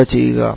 അവ ചെയ്യുക